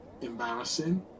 embarrassing